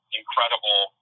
incredible